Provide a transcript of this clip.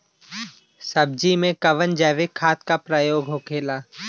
सब्जी में कवन जैविक खाद का प्रयोग होखेला?